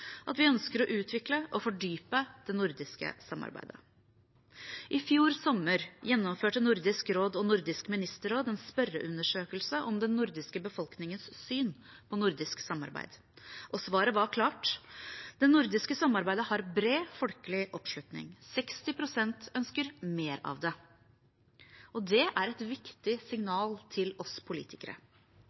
at vi ønsker å utvikle og fordype det nordiske samarbeidet. I fjor sommer gjennomførte Nordisk råd og Nordisk ministerråd en spørreundersøkelse om den nordiske befolkningens syn på nordisk samarbeid. Svaret var klart: Det nordiske samarbeidet har bred folkelig oppslutning – 60 pst. ønsker mer av det. Det er et viktig signal til oss politikere.